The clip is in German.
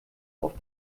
auf